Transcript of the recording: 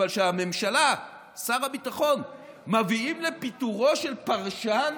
אבל שהממשלה, שר הביטחון, מביאים לפיטורו של פרשן